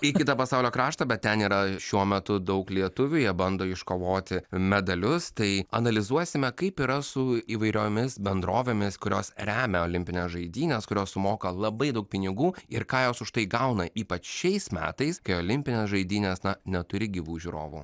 į kitą pasaulio kraštą bet ten yra šiuo metu daug lietuvių jie bando iškovoti medalius tai analizuosime kaip yra su įvairiomis bendrovėmis kurios remia olimpines žaidynes kurios sumoka labai daug pinigų ir ką jos už tai gauna ypač šiais metais kai olimpinės žaidynes na neturi gyvų žiūrovų